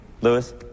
Lewis